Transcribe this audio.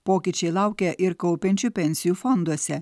pokyčiai laukia ir kaupiančių pensijų fonduose